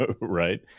right